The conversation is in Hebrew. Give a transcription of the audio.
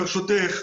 ברשותך,